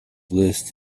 list